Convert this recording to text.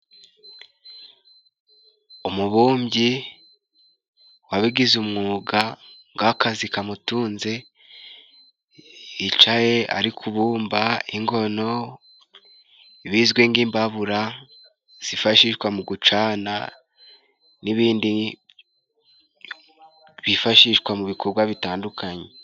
Umubumbyi wabigize umwuga ng'akazi kamutunze, yicaye ari kubumba ingono bizwi nk'imbabura zifashishwa mu gucana, n'ibindi bifashishwa mu bikorwa bitandukanye.